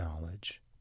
knowledge